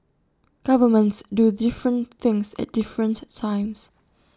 governments do different things at different times